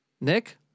Nick